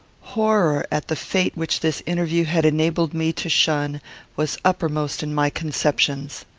horror at the fate which this interview had enabled me to shun was uppermost in my conceptions.